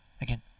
Again